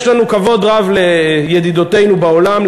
יש לנו כבוד רב לידידותינו בעולם,